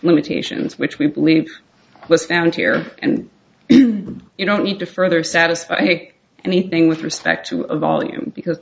limitations which we believe was found here and you don't need to further satisfy take anything with respect to a volume because